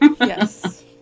Yes